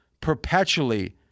perpetually